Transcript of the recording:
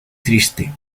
triste